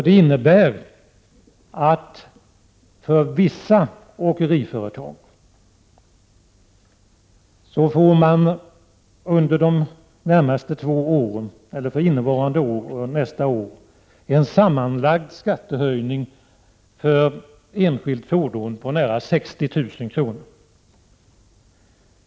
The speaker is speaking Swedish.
Den innebär att vissa åkeriföretag för innevarande år och nästa år får en sammanlagd skattehöjning för enskilt fordon på nära 60 000 kr.